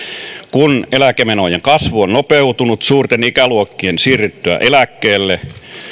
kun eläkemenojen kasvu on nopeutunut suurten ikäluokkien siirryttyä eläkkeelle